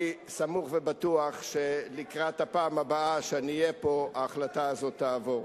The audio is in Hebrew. אני סמוך ובטוח שלקראת הפעם הבאה שאני אהיה פה ההחלטה הזאת תעבור.